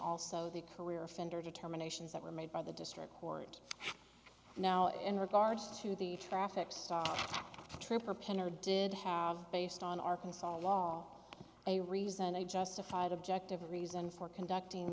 also the career offender determinations that were made by the district court now in regards to the traffic stop trooper penner did have based on arkansas law a reason they justify the objective reason for conducting